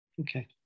Okay